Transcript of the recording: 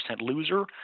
loser